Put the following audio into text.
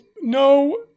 No